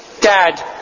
Dad